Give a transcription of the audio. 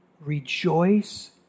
rejoice